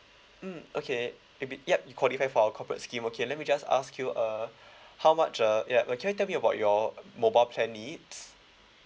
mm okay maybe yup you qualify for our corporate scheme okay let me just ask you uh how much uh yup uh can you tell me about your mobile plan needs